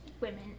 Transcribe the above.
Women